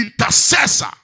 intercessor